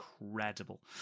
incredible